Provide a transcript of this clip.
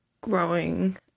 growing